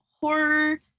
horror